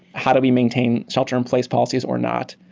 how do we maintain shelter in place policies or not?